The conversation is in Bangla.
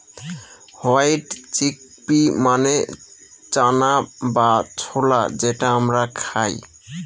হোয়াইট চিকপি মানে চানা বা ছোলা যেটা আমরা খায়